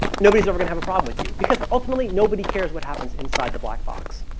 nobody is going to have a problem with you because ultimately, nobody cares what happens inside the black box,